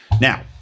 Now